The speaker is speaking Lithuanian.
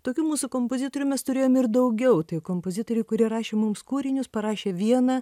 tokių mūsų kompozitorių mes turėjom ir daugiau tai kompozitoriai kurie rašė mums kūrinius parašė vieną